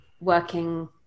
working